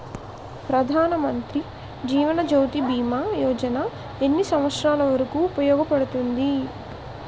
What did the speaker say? ప్రధాన్ మంత్రి జీవన్ జ్యోతి భీమా యోజన ఎన్ని సంవత్సారాలు వరకు ఉపయోగపడుతుంది?